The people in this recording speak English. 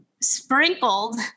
sprinkled